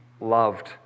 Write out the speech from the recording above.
loved